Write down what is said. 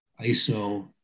ISO